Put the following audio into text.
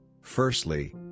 firstly